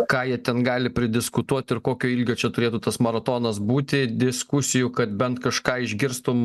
ką jie ten gali pridiskutuot ir kokio ilgio čia turėtų tas maratonas būti diskusijų kad bent kažką išgirstum